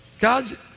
God